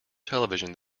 television